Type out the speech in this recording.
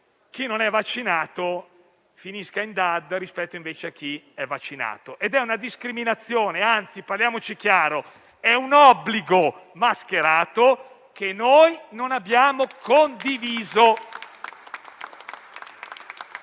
che non sono vaccinati finiscano in DAD rispetto a chi è vaccinato. Questa è una discriminazione, anzi - parliamoci chiaro - è un obbligo mascherato che noi non abbiamo condiviso,